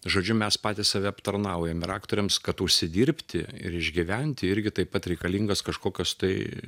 žodžiu mes patys save aptarnaujam ir aktoriams kad užsidirbti ir išgyventi irgi taip pat reikalingas kažkokios tai